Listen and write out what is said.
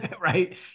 right